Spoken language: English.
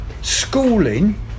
schooling